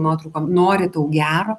nuotraukom nori tau gero